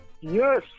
Yes